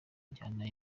njyana